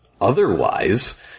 otherwise